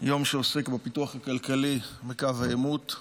יום שעוסק בפיתוח הכלכלי בקו העימות.